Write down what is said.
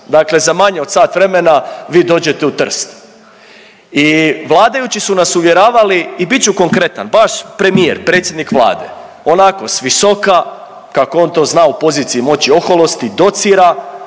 dakle za manje od sat vremena vi dođete u Trst. I vladajući su nas uvjeravali i bit ću konkretan, baš premijer predsjednik Vlade onako s visoka kako on to zna u poziciji moći oholosti docira